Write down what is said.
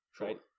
Right